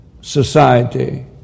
society